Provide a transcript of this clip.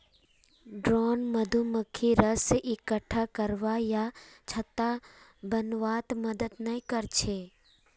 drone मधुमक्खी रस इक्कठा करवा या छत्ता बनव्वात मदद नइ कर छेक